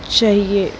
चाहिए